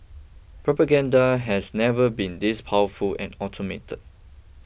propaganda has never been this powerful and automated